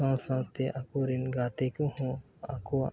ᱥᱟᱶᱼᱥᱟᱶᱛᱮ ᱟᱠᱚᱨᱮᱱ ᱜᱟᱛᱮ ᱠᱚᱦᱚᱸ ᱟᱠᱚᱣᱟᱜ